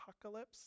apocalypse